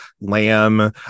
lamb